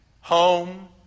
home